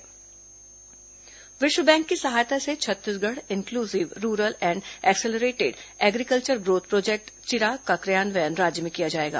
चिराग परियोजना विश्व बैंक की सहायता से Chhattisgarh inclusive rural and accelerated agriculture growth project Chirag का क्रियान्वयन राज्य में किया जाएगा